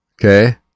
Okay